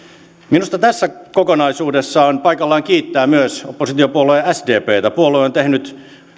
minusta tässä kokonaisuudessa on paikallaan kiittää myös oppositiopuolue sdptä puolue on tehnyt